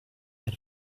had